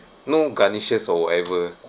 no garnishes or whatever